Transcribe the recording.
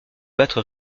battre